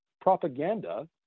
propaganda